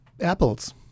apples